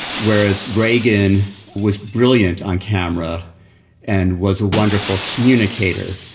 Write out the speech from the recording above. whereas reagan was brilliant on camera and was a wonderful communicator.